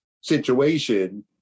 situation